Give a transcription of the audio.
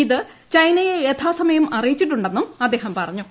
ഇത് ചൈനയെ യഥാസമയം അറിയിച്ചിട്ടുണ്ടെന്നും അദ്ദേഹം പറഞ്ഞു